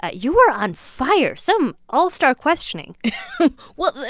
ah you were on fire some all-star questioning well,